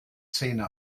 zähne